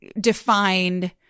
defined